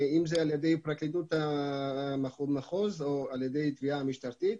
אם זה על ידי פרקליטות המחוז או על ידי התביעה המשטרתית.